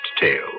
tale